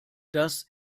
das